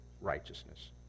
righteousness